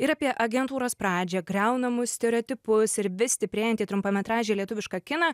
ir apie agentūros pradžią griaunamus stereotipus ir vis stiprėjantį trumpametražį lietuvišką kiną